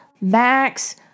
Max